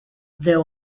there